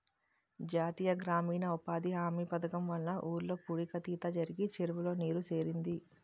జాతీయ గ్రామీణ ఉపాధి హామీ పధకము వల్ల ఊర్లో పూడిక తీత జరిగి చెరువులో నీరు సేరింది